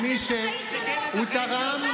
למה, הוא לא תרם?